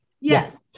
yes